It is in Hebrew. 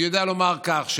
אני יודע לומר כך: